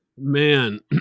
Man